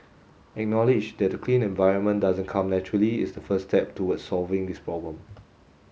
acknowledge that a clean environment doesn't come naturally is the first step toward solving this problem